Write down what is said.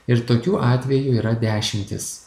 ir tokių atvejų yra dešimtys